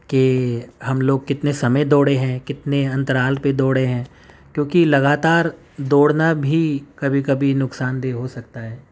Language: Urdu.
کہ ہم لوگ کتنے سمعے دوڑے ہیں کتنے انترال پہ دوڑے ہیں کیونکہ لگاتار دوڑنا بھی کبھی کبھی نقصان دہ ہو سکتا ہے